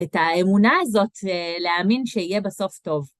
את האמונה הזאת להאמין שיהיה בסוף טוב.